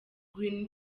green